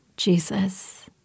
Jesus